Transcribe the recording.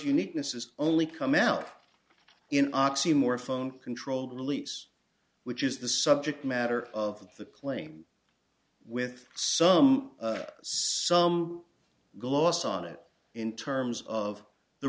uniqueness is only come out in oxymorphone controlled release which is the subject matter of the claim with some some gloss on it in terms of the